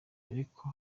ariko